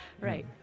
Right